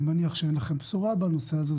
אני מניח שאין לכם בשורה בנושא הזה,